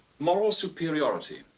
moral superiority.